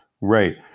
Right